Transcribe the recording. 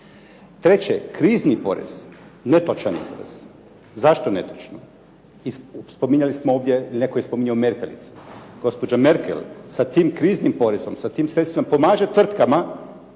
Treće, krizni porez. Netočan izraz. Zašto netočno? Spominjali smo ovdje, netko je spominjao Merkelicu. Gospođa Merkel sa tim kriznim porezom, sa tim sredstvima pomaže tvrtkama